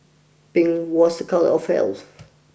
pink was a colour of health